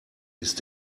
ist